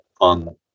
on